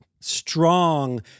strong